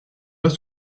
pas